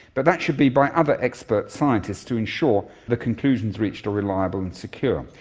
but that should be by other expert scientists to ensure the conclusions reached are reliable and secure.